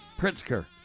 Pritzker